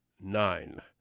Nine